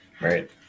Right